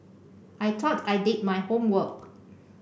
I thought I did my homework